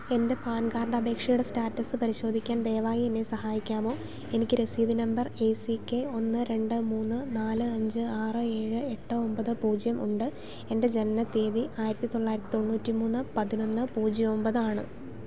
എൻ്റെ PAN card അപേക്ഷയുടെ status പരിശോധിക്കാൻ ദയവായി എന്നെ സഹായിക്കാമോ എനിക്ക് രസീത് നമ്പർ എ സി കെ ഒന്ന് രണ്ട് മൂന്ന് നാല് അഞ്ച് ആറ് ഏഴ് എട്ട് ഒമ്പത് പൂജ്യം ഉണ്ട് എൻ്റെ ജനനത്തീയതി ആയിരത്തി തൊള്ളായിരത്തി തൊണ്ണൂറ്റിമൂന്ന് പതിനൊന്ന് പൂജ്യം ഒമ്പതാണ്